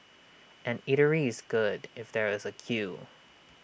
an eatery is good if there is A queue